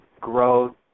growth